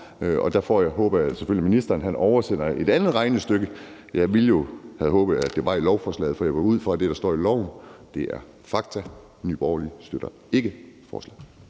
jeg selvfølgelig, at ministeren oversender et andet regnestykke. Jeg havde håbet, at det var at finde i lovforslaget, for jeg går ud fra, at det, der står i lovforslaget, er fakta. Nye Borgerlige støtter ikke forslaget.